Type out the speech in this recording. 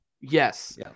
Yes